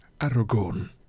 Aragorn